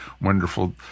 wonderful